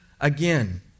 again